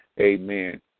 amen